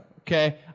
okay